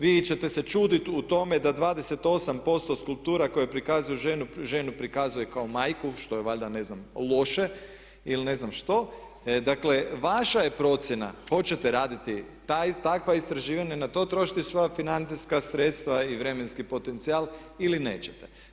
Vi ćete se čuditi o tome da 28% skulptura koje prikazuju ženu, ženu prikazuje kao majku što je valjda ne znam loše ili ne znam što, dakle vaša je procjena hoćete raditi takva istraživanja, na to trošiti svoja financijska sredstva i vremenski potencijal ili nećete.